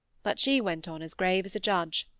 but she went on as grave as a judge.